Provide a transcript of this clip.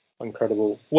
Incredible